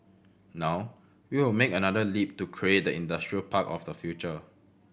now we will make another leap to create the industrial park of the future